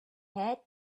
had